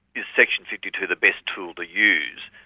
is section fifty two the best tool to use?